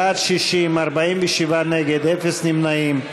בעד, 60, 47 נגד, אפס נמנעים.